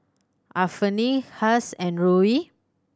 Anfernee Cass and Roe